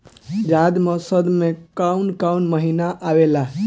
जायद मौसम में काउन काउन महीना आवेला?